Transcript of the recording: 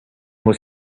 was